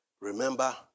remember